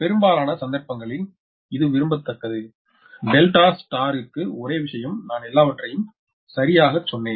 பெரும்பாலான சந்தர்ப்பங்களில் இது விரும்பத்தக்கது டெல்டா நட்சத்திரத்திற்கு ஒரே விஷயம் நான் எல்லாவற்றையும் சரியாகச் சொன்னேன்